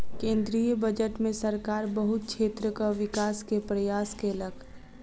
केंद्रीय बजट में सरकार बहुत क्षेत्रक विकास के प्रयास केलक